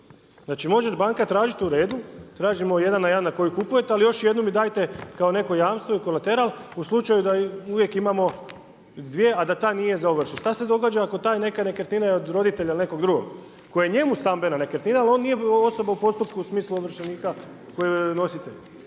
Znači, može banka tražit u redu, tražimo 1:1 na koju kupujete, ali još jednu mi dajte kao neko jamstvo, kolateral u slučaju da uvijek imamo dvije, a da ta nije za ovršit. Šta se događa ako je ta neka nekretnina od roditelja ili nekog drugog? Koje je njemu stambena nekretnina jer on nije osoba u postupku u smislu ovršenika koji joj je